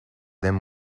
them